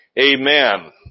Amen